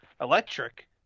electric